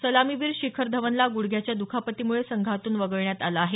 सलामीवर शिखर धवनला ग्डघ्याच्या दुखापतीमुळे संघातून वगळण्यात आलं आहे